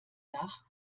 dach